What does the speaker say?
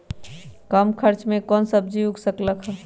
कम खर्च मे कौन सब्जी उग सकल ह?